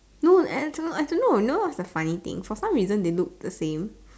no as in no you know what's the funny thing for some reason they look the same